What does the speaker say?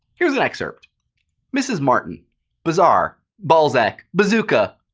here's an excerpt mrs. martin bazaar, balzac, bazooka!